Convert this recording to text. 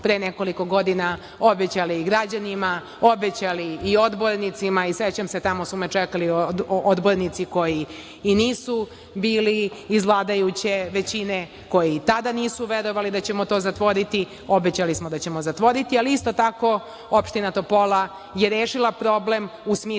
pre nekoliko godina obećali i građanima, obećali i odbornicima. Sećam se, tamo su me čekali odbornici koji i nisu bili iz vladajuće većine, koji i tada nisu verovali da ćemo to zatvoriti, obećali smo da ćemo zatvoriti. Ali isto tako, opština Topola je rešila problem, u smislu